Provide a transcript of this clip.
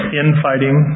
infighting